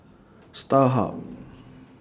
Starhub